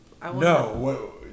No